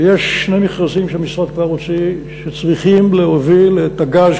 ויש שני מכרזים שהמשרד כבר הוציא שצריכים להוביל את הגז,